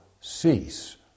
cease